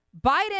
Biden